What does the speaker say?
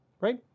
Right